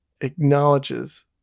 acknowledges